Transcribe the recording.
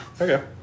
okay